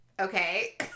okay